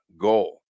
goal